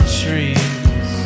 trees